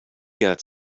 got